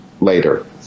later